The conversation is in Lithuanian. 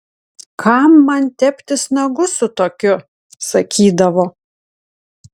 kam man teptis nagus su tokiu sakydavo